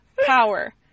power